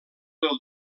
del